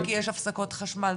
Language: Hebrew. כי יש הפסקות חשמל,